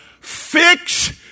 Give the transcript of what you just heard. Fix